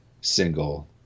single